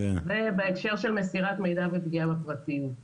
ובהקשר של מסירת מידע ופגיעה בפרטיות.